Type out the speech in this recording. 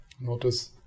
Notice